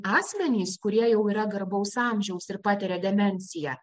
asmenys kurie jau yra garbaus amžiaus ir patiria demencija